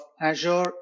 Azure